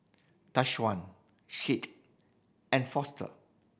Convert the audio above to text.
Tyshawn Seth and Foster